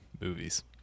movies